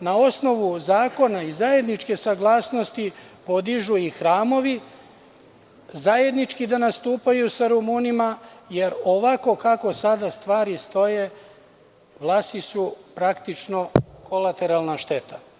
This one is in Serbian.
na osnovu zakona i zajedničke saglasnosti podižu i hramovi, zajednički da nastupaju sa Rumunima, jer ovako kako sada stvari stoje, Vlasi su praktično kolateralna šteta.